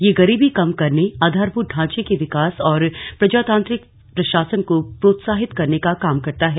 यह गरीबी कम करने आधारभूत ढांचे के विकास और प्रजातांत्रिक प्रशासन को प्रोत्साहित करने का काम करता है